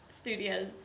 Studios